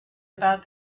about